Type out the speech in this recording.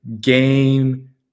game